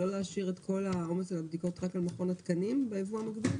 ולא להשאיר את כל העומס של הבדיקות רק על מכון התקנים בייבוא המקביל?